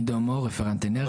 עידו מור, רפרנט אנרגיה.